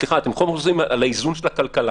סליחה, אתם כל הזמן חוזרים על האיזון של הכלכלה.